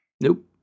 Nope